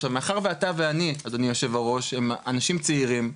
עכשיו מאחר אתה ואני אדוני היו"ר אנשים צעירים,